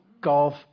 golf